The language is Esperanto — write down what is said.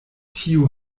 tio